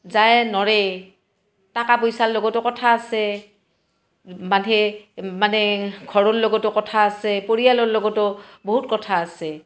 যায় ন'ৰে টাকা পইচাৰ লগতো কথা আছে মানে মানে ঘৰৰ লগতো কথা আছে পৰিয়ালৰ লগতো বহুত কথা আছে